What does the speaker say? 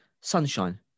Sunshine